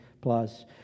plus